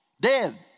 dead